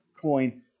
coin